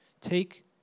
Take